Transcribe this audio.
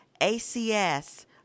ACS